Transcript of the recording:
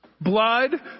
blood